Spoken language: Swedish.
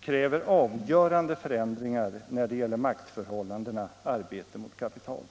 kräver avgörande förändringar när det gäller maktförhållandena arbete mot kapital.